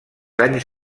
anys